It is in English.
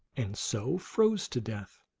and so froze to death.